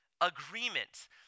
agreement